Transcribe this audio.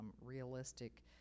realistic